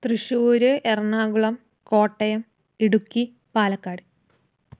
Thrissur Ernakulam Kottayam Idukki Palakkad